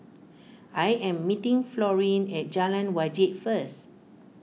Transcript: I am meeting Florene at Jalan Wajek first